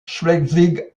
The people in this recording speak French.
schleswig